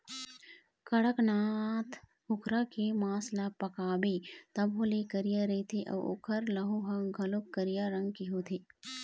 कड़कनाथ कुकरा के मांस ल पकाबे तभो ले करिया रहिथे अउ ओखर लहू ह घलोक करिया रंग के होथे